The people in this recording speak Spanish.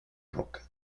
roca